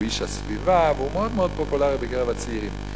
הוא איש הסביבה והוא מאוד מאוד פופולרי בקרב הצעירים.